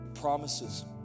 promises